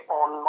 on